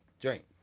drink